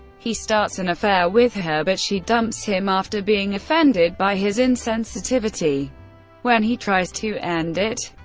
he starts an affair with her, but she dumps him after being offended by his insensitivity when he tries to end it.